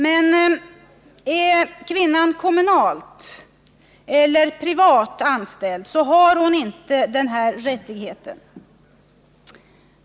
Men en kvinna som är kommunalt eller privat anställd har inte denna rättighet.